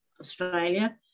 Australia